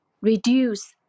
reduce